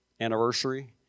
anniversary